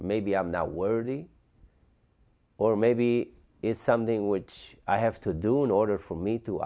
maybe i'm now worthy or maybe it's something which i have to do in order for me to